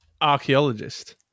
archaeologist